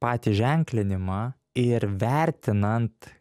patį ženklinimą ir vertinant